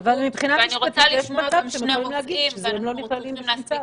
אבל מבחינה משפטית יש מצב שהם יכולים להגיד שהם לא נכללים בשום צו.